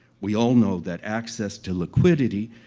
we all know that access to liquidity,